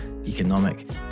economic